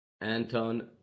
anton